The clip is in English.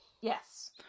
Yes